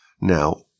Now